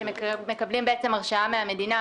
שבעצם מקבלים הרשאה מהמדינה,